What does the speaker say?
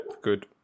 good